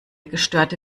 gestörte